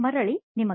ಮರಳಿ ನಿಮಗೆ